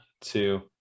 two